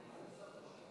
היושבת-ראש.